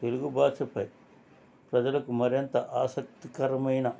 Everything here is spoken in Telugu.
తెలుగు భాషపై ప్రజలకు మరింత ఆసక్తికరమైన